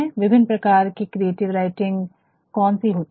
विभिन्न प्रकार कि क्रिएटिव राइटिंग कौन सी होती है